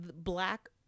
black